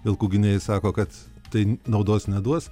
vilkų gynėjai sako kad tai naudos neduos